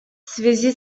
связи